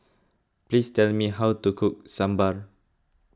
please tell me how to cook Sambar